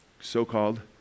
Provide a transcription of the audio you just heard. so-called